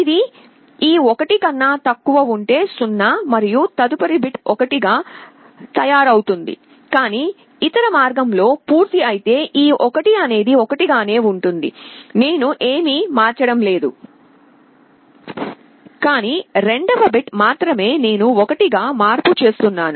ఇది ఈ 1 కన్నా తక్కువ ఉంటే 0 మరియు తదుపరి బిట్ 1 గా తయారవుతుంది కానీ ఇతర మార్గం లో పూర్తి అయితే ఈ 1 అనేది 1 గానే ఉంటుంది నేను ఏమి మార్చడం లేదుకానీ రెండవ బిట్ మాత్రమే నేను 1గా మార్పు చేస్తున్నాను